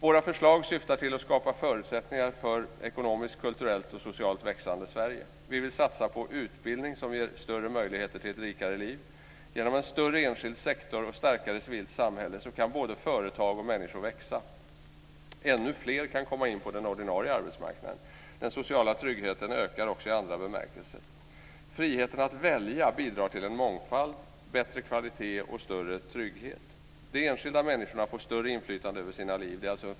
Våra förslag syftar till att skapa förutsättningar för ett ekonomiskt, kulturellt och socialt växande Sverige. Vi vill satsa på en utbildning som ger större möjligheter till ett rikare liv. Genom en större enskild sektor och ett starkare civilt samhälle kan både företag och människor växa. Ännu fler kan komma in på den ordinarie arbetsmarknaden. Den sociala tryggheten ökar också i andra bemärkelser. Friheten att välja bidrar till mångfald, bättre kvalitet och större trygghet. De enskilda människorna får ett större inflytande över sina liv.